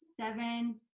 seven